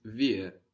wir